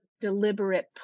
deliberate